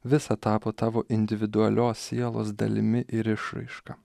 visa tapo tavo individualios sielos dalimi ir išraiška